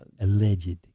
Alleged